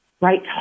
right